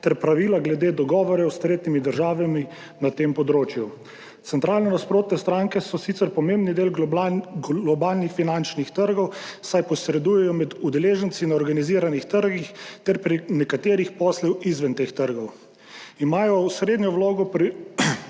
ter pravila glede dogovorov s tretjimi državami na tem področju. Centralno nasprotne stranke so sicer pomemben del globalnih finančnih trgov, saj posredujejo med udeleženci na organiziranih trgih ter nekaterih poslih izven teh trgov. Imajo osrednjo vlogo pri